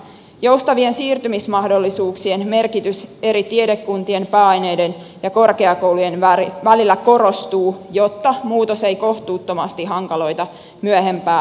joustavien siirtymismahdollisuuksien merkitys eri tiedekuntien pääaineiden ja korkeakoulujen välillä korostuu jotta muutos ei kohtuuttomasti hankaloita myöhempää alan vaihtoa